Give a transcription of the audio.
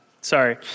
Sorry